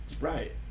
right